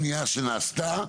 בנייה שנעשתה,